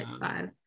five